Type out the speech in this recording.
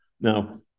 Now